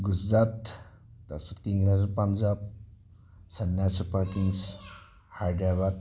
গুজৰাট তাৰ পাছত king Punjab Chennai super kings Hyderabad